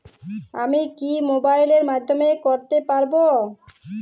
আমি কি মোবাইলের মাধ্যমে করতে পারব?